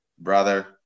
Brother